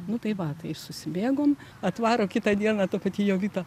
nu tai va tai susibėgom atvaro kitą dieną ta pati jovita